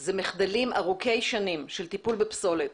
זה מחדלים ארוכי שנים של טיפול בפסולת,